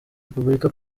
repubulika